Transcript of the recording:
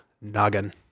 noggin